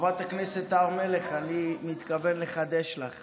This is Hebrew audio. חברת הכנסת הר מלך, אני מתכוון לחדש לך